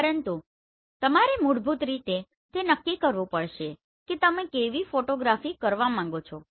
પરંતુ તમારે મૂળભૂત રીતે તે નક્કી કરવું પડશે કે તમે કેવી ફોટોગ્રાફી કરવા માંગો છો